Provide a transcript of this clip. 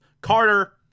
Carter